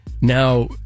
now